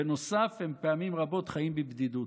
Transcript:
בנוסף, הם פעמים רבות חיים בבדידות.